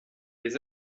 des